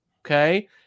okay